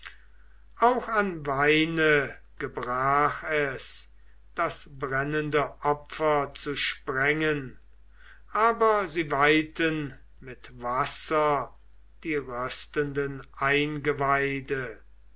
auch an weine gebrach es das brennende opfer zu sprengen aber sie weihten mit wasser die röstenden eingeweide